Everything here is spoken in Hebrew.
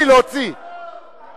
סוף-סוף עשינו צדק.